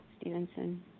Stevenson